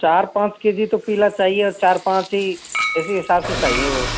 चार पाँच के जी तो पिला चाहिए और चार पाँच ही इसी हिसाब से चाहिए वह